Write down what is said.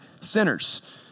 sinners